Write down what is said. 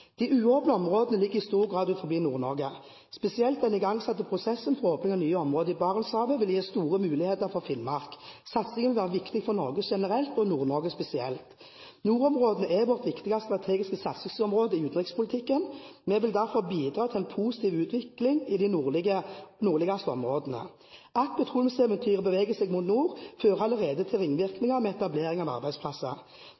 De uåpnede områdene ligger i stor grad utenfor Nord-Norge. Spesielt den igangsatte prosessen for åpning av nye områder i Barentshavet vil gi store muligheter for Finnmark. Satsingen vil være viktig for Norge generelt og Nord-Norge spesielt. Nordområdene er vårt viktigste strategiske satsingsområde i utenrikspolitikken. Vi vil derfor bidra til en positiv utvikling i de nordligste områdene. At petroleumseventyret beveger seg mot nord, fører allerede til